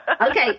Okay